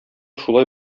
шулай